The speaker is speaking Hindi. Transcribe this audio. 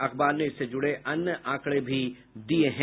अखबार ने इससे जुड़े अन्य आंकड़े भी दिये हैं